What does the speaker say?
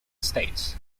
states